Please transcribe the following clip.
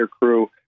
crew